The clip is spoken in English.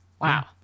Wow